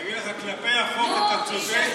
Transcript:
אני אגיד לך, כלפי החוק אתה צודק,